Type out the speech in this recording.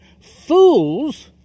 Fools